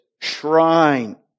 shrine